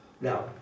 Now